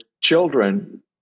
children